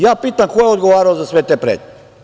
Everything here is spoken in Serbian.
Ja pitam – ko je odgovarao za sve te pretnje?